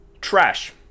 trash